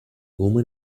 woman